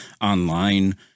online